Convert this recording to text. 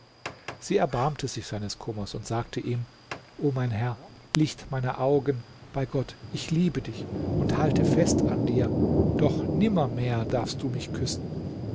sie erbarmte sich seines kummers und sagte ihm o mein herr licht meiner augen bei gott ich liebe dich und halte fest an dir doch nimmermehr darfst du mich küssen